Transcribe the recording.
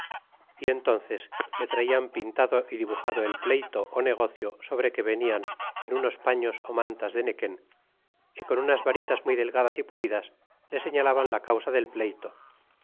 y entnees le traían pintado é dibuxado el pleyto ó negocio sobre que venian en unos paños ó mantas de nequen y con unas varitas muy delgadas y pulidas le señalaban la causa del pleyto